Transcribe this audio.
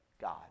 God